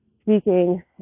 speaking